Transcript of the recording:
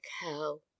hell